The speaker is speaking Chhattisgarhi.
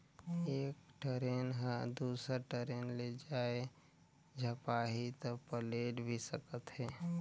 एक टरेन ह दुसर टरेन ले जाये झपाही त पलेट भी सकत हे